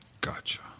Gotcha